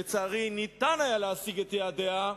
לצערי, ניתן היה להשיג את יעדיה,